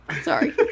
Sorry